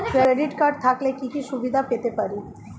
Credit card থাকলে কি কি সুবিধা পেতে পারি?